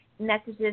messages